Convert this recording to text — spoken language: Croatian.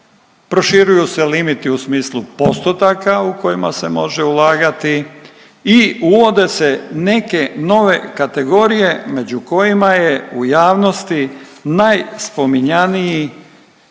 proširuju se limiti u smislu postotaka u kojima se može ulagati i uvode se neke nove kategorije među kojima je u javnosti najspominjaniji,